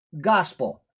gospel